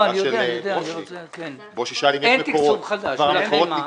אין תקצוב חדש.